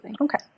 okay